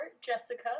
Jessica